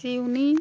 सिउनी